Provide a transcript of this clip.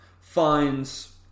finds